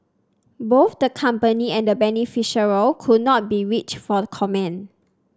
both the company and the beneficiary could not be reached for comment